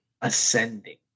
ascending